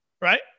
right